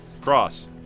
Cross